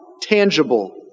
tangible